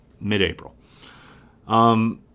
mid-April